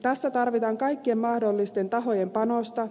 tässä tarvitaan kaikkien mahdollisten tahojen panosta